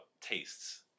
tastes